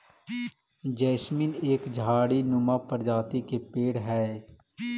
jasmine एक झाड़ी नुमा प्रजाति के पेड़ हई